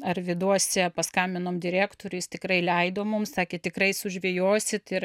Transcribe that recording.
arvyduose paskambinom direktoriui jis tikrai leido mums sakė tikrai sužvejosit ir